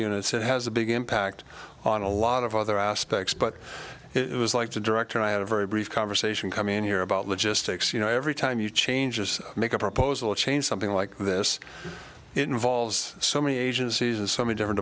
units it has a big impact on a lot of other aspects but it was like to director i had a very brief conversation come in here about logistics you know every time you changes make a proposal change something like this it involves so many agencies and some of different